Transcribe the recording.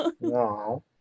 No